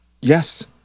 Yes